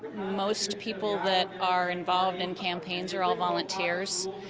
most people that are involved in campaigns are all volunteers.